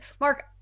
Mark